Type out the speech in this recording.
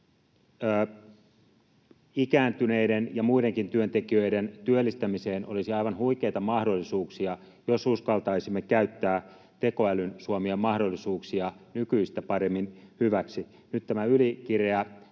Ikääntyneiden ja muidenkin työntekijöiden työllistämiseen olisi aivan huikeita mahdollisuuksia, jos uskaltaisimme käyttää tekoälyn suomia mahdollisuuksia nykyistä paremmin hyväksi. Nyt tämä ylikireä